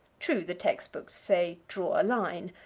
true the text-books say, draw a line,